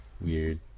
Weird